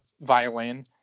violin